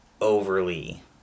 overly